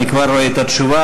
אני כבר רואה את התשובה,